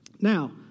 Now